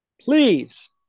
Please